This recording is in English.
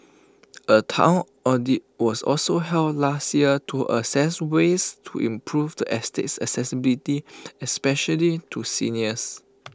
A Town audit was also held last year to assess ways to improve the estate's accessibility especially to seniors